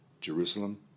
Jerusalem